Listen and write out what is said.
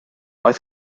oedd